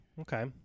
Okay